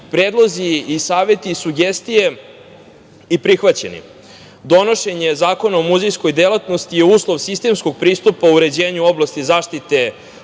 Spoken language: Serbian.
predlozi, saveti i sugestije i prihvaćeni. Donošenje zakona o muzejskoj delatnosti je uslov sistemskog pristupa u uređenju oblasti zaštite